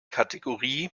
kategorie